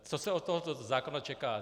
Co se od tohoto zákona čeká?